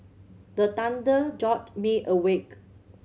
the thunder jolt me awake